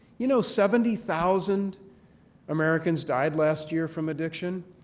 you know, seventy thousand americans died last year from addiction,